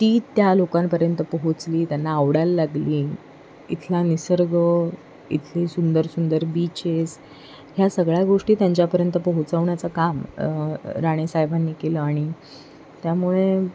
ती त्या लोकांपर्यंत पोहोचली त्यांना आवडायला लागली इथला निसर्ग इथली सुंदर सुंदर बीचेस ह्या सगळ्या गोष्टी त्यांच्यापर्यंत पोहोचवण्याचं काम राणे साहेबांनी केलं आणि त्यामुळे